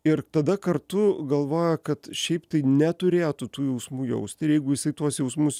ir tada kartu galvoja kad šiaip tai neturėtų tų jausmų jausti ir jeigu jisai tuos jausmus